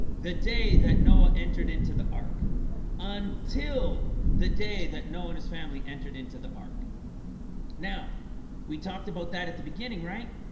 the day that noah entered into the ark until the day that noah and his family entered into the ark now we talked about that at the beginning, right?